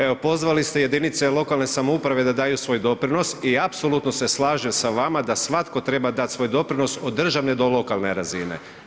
Evo, pozvali ste jedinice lokalne samouprave da daju svoj doprinos i apsolutno se slažem sa vama da svatko treba dati svoj doprinos od državne do lokalne razine.